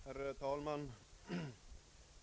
Herr talman!